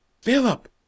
Philip